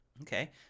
Okay